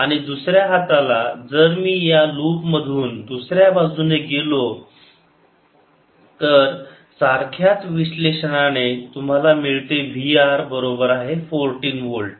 आणि दुसऱ्या हाताला जर मी या लूप मधून दुसऱ्या बाजूने गेलो तर सारख्याच विश्लेषणाने तुम्हाला मिळते V r बरोबर 14 व्होल्ट